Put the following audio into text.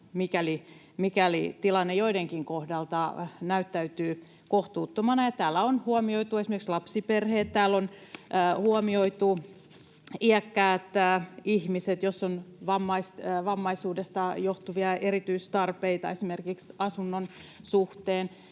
mikäli tilanne joidenkin kohdalla näyttäytyy kohtuuttomana. Täällä on huomioitu esimerkiksi lapsiperheet, täällä on huomioitu iäkkäät ihmiset, jos on vammaisuudesta johtuvia erityistarpeita esimerkiksi asunnon suhteen,